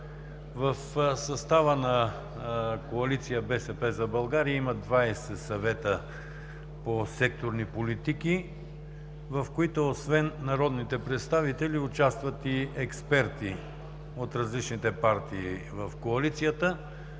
В състава на Коалиция „БСП за България“ има двадесет съвета по секторни политики, в които, освен народните представители, участват и експерти от различните партии в Коалицията.